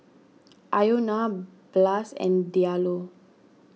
are you Ilona Blas and Diallo